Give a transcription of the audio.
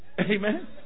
Amen